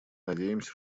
надеемся